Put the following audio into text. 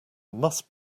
must